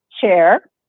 chair